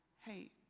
hey